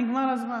נגמר הזמן.